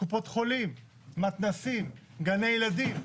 קופות חולים, מתנ"סים, גני ילדים.